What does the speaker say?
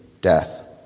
death